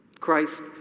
Christ